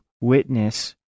witness